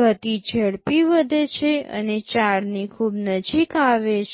ગતિ ઝડપી વધે છે અને 4 ની ખૂબ નજીક આવે છે